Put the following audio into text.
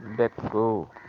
ಬೆಕ್ಕು